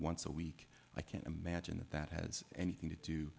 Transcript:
once a week i can't imagine that has anything to do